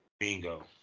Bingo